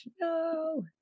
no